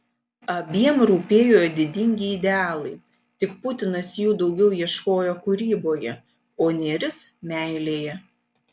abiem rūpėjo didingi idealai tik putinas jų daugiau ieškojo kūryboje o nėris meilėje